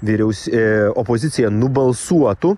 vyriaus opozicija nubalsuotų